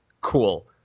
cool